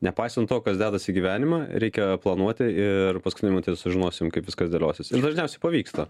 nepaisant to kas dedasi gyvenime reikia planuoti ir paskutinę minutę sužinosim kaip viskas dėliosis ir dažniausiai pavyksta